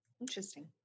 Interesting